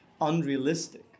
unrealistic